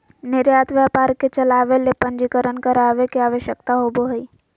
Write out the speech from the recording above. निर्यात व्यापार के चलावय ले पंजीकरण करावय के आवश्यकता होबो हइ